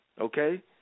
okay